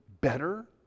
better